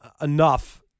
enough